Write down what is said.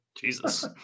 Jesus